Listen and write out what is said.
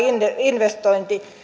investointi